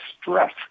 stress